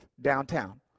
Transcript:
downtown